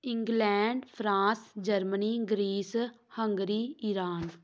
England France Germany Greece Hungary Iran